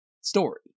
story